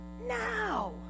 now